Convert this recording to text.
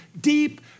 deep